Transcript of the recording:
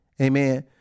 Amen